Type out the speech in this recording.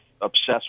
obsessed